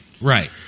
Right